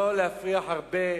לא להפריח הרבה